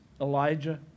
Elijah